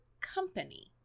company